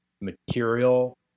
material